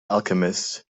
alchemist